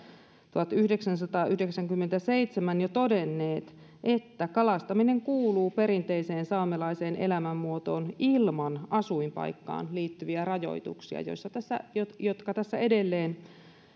tuhatyhdeksänsataayhdeksänkymmentäseitsemän jo todennut että kalastaminen kuuluu perinteiseen saamelaiseen elämänmuotoon ilman asuinpaikkaan liittyviä rajoituksia jotka tässä edelleen